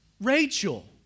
Rachel